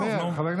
הינה חבר שלך.